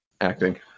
acting